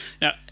Now